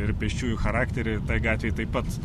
ir pėsčiųjų charakterį tai gatvei taip pat